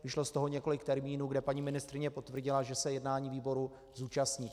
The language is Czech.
Vyšlo z toho několik termínů, kde paní ministryně potvrdila, že se jednání výboru zúčastní.